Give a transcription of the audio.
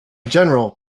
general